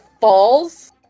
falls